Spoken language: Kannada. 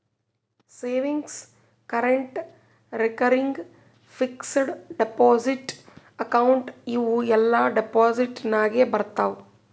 savings, current, recurring, fixed deposit account ಇವೂ ಎಲ್ಲಾ ಡೆಪೋಸಿಟ್ ನಾಗೆ ಬರ್ತಾವ್